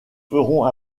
ferons